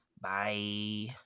Bye